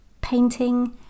Painting